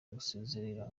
gusezerera